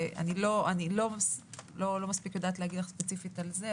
אני לא מספיק יודעת להגיד לך ספציפית לגבי זה,